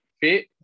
fit